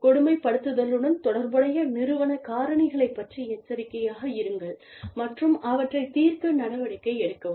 கொடுமைப்படுத்துதலுடன் தொடர்புடைய நிறுவன காரணிகளைப் பற்றி எச்சரிக்கையாக இருங்கள் மற்றும் அவற்றைத் தீர்க்க நடவடிக்கை எடுக்கவும்